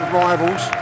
rivals